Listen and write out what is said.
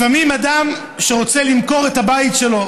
לפעמים אדם שרוצה למכור את הבית שלו